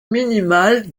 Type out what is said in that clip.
minimal